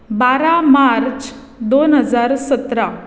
बारा मार्च दोन हजार सतरा